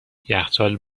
یخچال